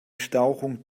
stauchung